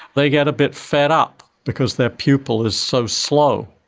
they get a bit fed up because their pupil is so slow.